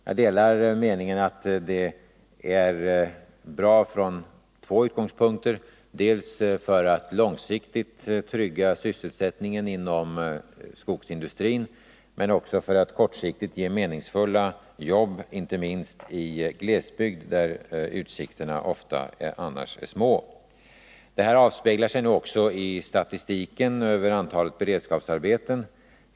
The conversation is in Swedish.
Jag delar meningen att det är bra från två utgångspunkter — dels för att långsiktigt trygga sysselsättningen inom skogsindustrin, dels för att kortsiktigt ge meningsfulla jobb inte minst i glesbygd, där utsikterna annars ofta är små. Detta avspeglar sig också i statistiken över antalet beredskapsarbeten.